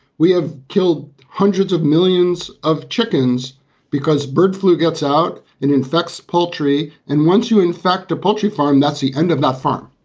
we have killed hundreds of millions of chickens because bird flu gets out and infects poultry. and once you infect a poultry farm, that's the end of that farm.